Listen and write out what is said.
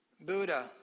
Buddha